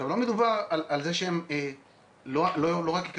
לא מדובר על זה שהם לא רק,